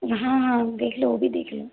हाँ हाँ देख लो वो भी देख लो